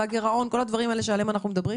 של הגירעון וכל הדברים עליהם אנחנו מדברים,